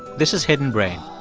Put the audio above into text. this is hidden brain.